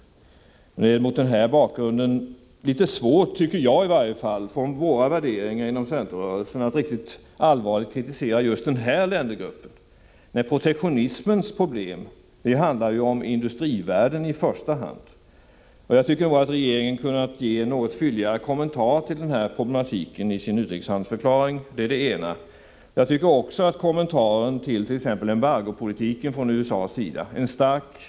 Mot denna bakgrund är det litet svårt, tycker jag i alla fall, att utifrån våra värderingar inom centerrörelsen allvarligt kritisera just denna ländergrupp, när protektionismens problem ju handlar om industrivärlden i första hand. Jag tycker att regeringen hade kunnat ge en något fylligare kommentar till den här problematiken i sin utrikeshandelspolitiska förklaring. Jag tycker också att kommentaren till t.ex. embargopolitiken från USA:s sida kunde ha varit klarare.